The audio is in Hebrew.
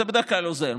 זה בדרך כלל עוזר.